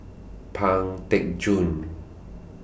Pang Teck Joon